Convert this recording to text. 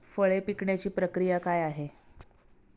फळे पिकण्याची प्रक्रिया काय आहे?